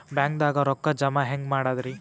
ಬ್ಯಾಂಕ್ದಾಗ ರೊಕ್ಕ ಜಮ ಹೆಂಗ್ ಮಾಡದ್ರಿ?